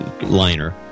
liner